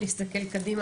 להסתכל קדימה.